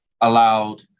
allowed